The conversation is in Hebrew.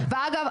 ואגב,